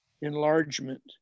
enlargement